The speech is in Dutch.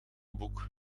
boek